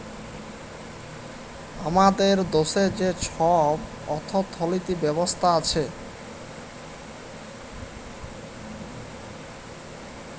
আমাদের দ্যাশে যে ছব অথ্থলিতি ব্যবস্থা আছে